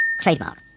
Trademark